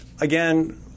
again